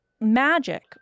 Magic